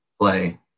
play